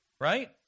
right